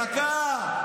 דקה.